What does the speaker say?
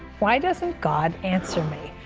why doesn't god answer me?